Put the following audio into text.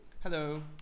Hello